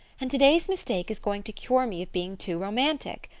and today's mistake is going to cure me of being too romantic.